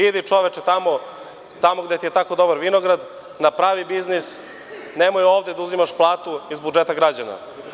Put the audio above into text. Idi čoveče tamo, tamo gde ti je tako dobar vinograd, napravi biznis, nemoj ovde da uzimaš platu iz budžeta građana.